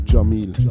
Jamil